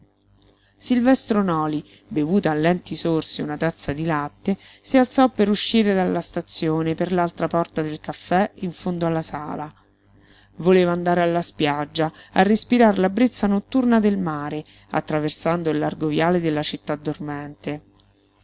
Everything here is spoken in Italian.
silvestro noli bevuta a lenti sorsi una tazza di latte si alzò per uscire dalla stazione per l'altra porta del caffè in fondo alla sala voleva andare alla spiaggia a respirar la brezza notturna del mare attraversando il largo viale della città dormente